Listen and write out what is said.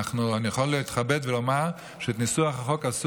אני יכול להתכבד ולומר שאת ניסוח החוק עשו